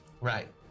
Right